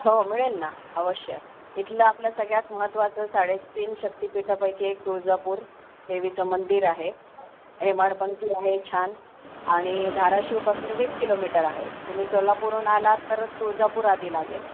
हो मिळेल ना अवश्य इथलं आपल्या सगळ्यात महत्त्वाचं साडेतीन शक्तिपीठापैकी एक तुळजापूर देवीचं मंदिर आहे हेमाडपंथी आहे छान आणि धाराशिवपासून वीस किलोमीटर आहे तुम्ही सोलापूरहून आलात तर तुळजापूर आधी लागेल